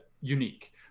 unique